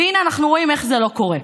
והינה אנחנו רואים איך זה לא קורה: